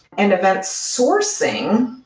and event sourcing,